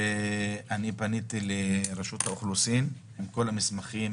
פניתי לרשות האוכלוסין עם כל המסמכים,